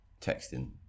texting